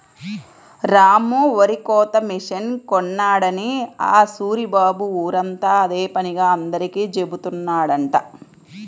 రాము వరికోత మిషన్ కొన్నాడని ఆ సూరిబాబు ఊరంతా అదే పనిగా అందరికీ జెబుతున్నాడంట